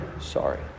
Sorry